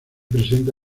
presenta